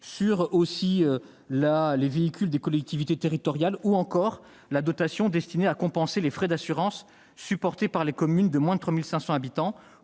presse, les véhicules des collectivités territoriales ou la dotation destinée à compenser les frais d'assurance supportés par les communes de moins de 3 500 habitants